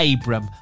Abram